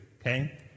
Okay